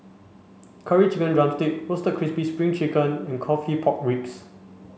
curry chicken drumstick roasted crispy spring chicken and coffee pork ribs